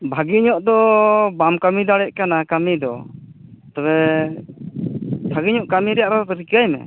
ᱵᱷᱟᱹᱜᱮ ᱧᱚᱜ ᱫᱚ ᱵᱟᱢ ᱠᱟᱹᱢᱤ ᱫᱟᱲᱮᱭᱟᱜ ᱠᱟᱱᱟ ᱠᱟᱹᱢᱤ ᱫᱚ ᱛᱚᱵᱮ ᱵᱷᱟᱹᱜᱮ ᱧᱚᱜ ᱠᱟᱹᱢᱤ ᱨᱮᱭᱟᱜ ᱟᱨᱚ ᱨᱤᱠᱟᱹᱭ ᱢᱮ